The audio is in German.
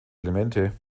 elemente